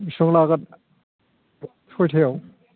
बेसेबां लागोन सयतायाव